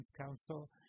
Council